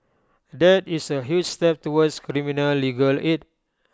that is A huge step towards criminal legal aid